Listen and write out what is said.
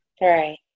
Right